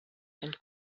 and